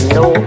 no